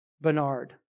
Bernard